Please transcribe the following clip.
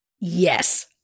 Yes